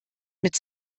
mit